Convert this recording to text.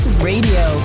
Radio